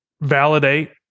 validate